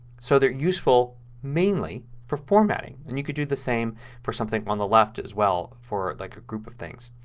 so they're useful mainly for formatting. and you could do the same for some on the left as well for like a group of things.